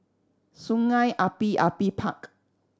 Sungei Api Api Park